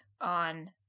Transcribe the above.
on –